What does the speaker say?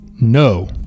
No